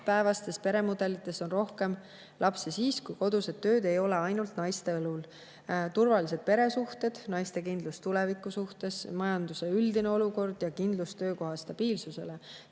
tänapäevastes peredes on rohkem lapsi siis, kui kodused tööd ei ole ainult naiste õlul. [Tähtsad on] turvalised peresuhted, naiste kindlus tuleviku suhtes, majanduse üldine olukord ja kindlus töökoha stabiilsusele.